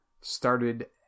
started